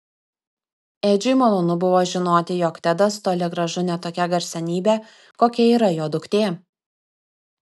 edžiui malonu buvo žinoti jog tedas toli gražu ne tokia garsenybė kokia yra jo duktė